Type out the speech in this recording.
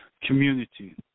community